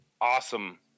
awesome